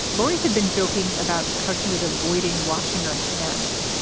laurie had been joking about how she was avoiding washing her hands,